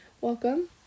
welcome